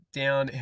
down